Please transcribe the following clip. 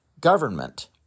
government